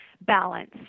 balance